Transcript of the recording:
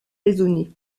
raisonnée